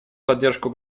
поддержку